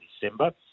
December